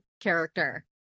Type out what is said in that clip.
character